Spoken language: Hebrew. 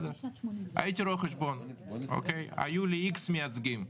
הייתי רואה חשבון, היו לי איקס מייצגים,